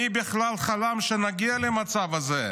מי בכלל חלם שנגיע למצב הזה?